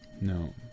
No